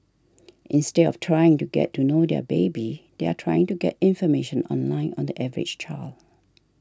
instead of trying to get to know their baby they are trying to get information online on the average child